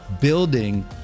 building